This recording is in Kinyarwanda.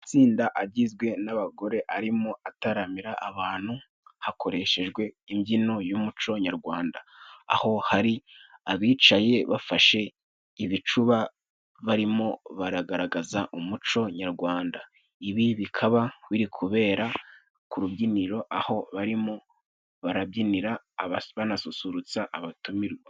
Amatsinda agizwe n'abagore ari mo ataramira abantu, hakoreshejwe imbyino y'umuco nyarwanda. Aho hari abicaye bafashe ibicuba, barimo baragaragaza umuco nyarwanda. ibi bikaba biri kubera ku rubyiniro aho bari mo barabyinira banasusurutsa abatumirwa.